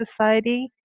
Society